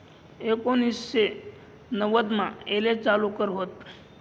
एकोनिससे नव्वदमा येले चालू कर व्हत